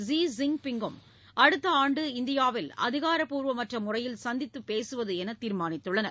Xi ஜின்பிங்கும் அடுத்த ஆண்டு இந்தியாவில் அதிகாரப்பூர்வமற்ற முறையில் சந்தித்துப் பேசுவது என தீர்மானித்துள்ளனர்